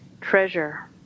treasure